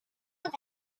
and